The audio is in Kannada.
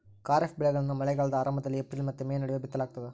ಖಾರಿಫ್ ಬೆಳೆಗಳನ್ನ ಮಳೆಗಾಲದ ಆರಂಭದಲ್ಲಿ ಏಪ್ರಿಲ್ ಮತ್ತು ಮೇ ನಡುವೆ ಬಿತ್ತಲಾಗ್ತದ